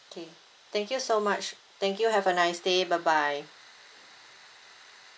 okay thank you so much thank you have a nice day bye bye